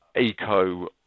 eco